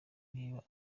niba